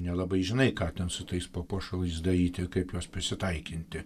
nelabai žinai ką ten su tais papuošalais daryti kaip juos prisitaikinti